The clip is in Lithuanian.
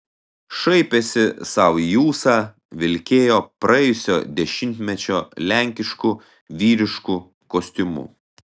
šaipėsi sau į ūsą vilkėjo praėjusio dešimtmečio lenkišku vyrišku kostiumu